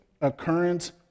occurrence